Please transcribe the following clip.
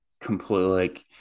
completely